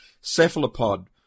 cephalopod